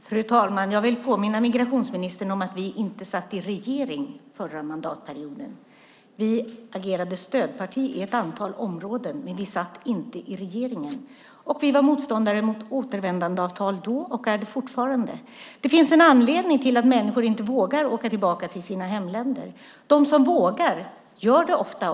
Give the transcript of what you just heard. Fru talman! Jag vill påminna migrationsministern om att vi inte satt i regeringen förra mandatperioden. Vi agerade stödparti på ett antal områden, men vi satt inte i regeringen. Vi var motståndare till återvändandeavtal då och är det fortfarande. Det finns en anledning till att människor inte vågar åka tillbaka till sina hemländer. De som vågar gör det ofta.